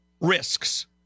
risks